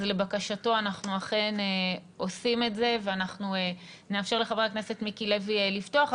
אז לבקשתו אנחנו אכן עושים את זה ואנחנו נאפשר לחבר הכנסת מיקי לפתוח.